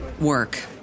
work